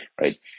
Right